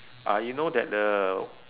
ah you know that the